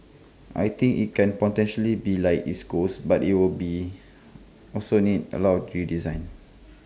I think IT can potentially be like East Coast but IT will be also need A lot of redesign